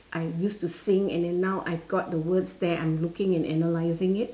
I used to sing and then now I've got the words there I'm looking and analyzing it